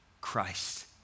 Christ